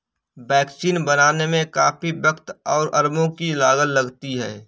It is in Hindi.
वैक्सीन बनाने में काफी वक़्त और अरबों की लागत लगती है